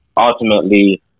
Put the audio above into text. ultimately